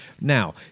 Now